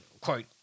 quote